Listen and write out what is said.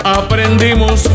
aprendimos